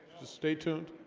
just stay tuned